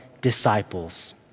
disciples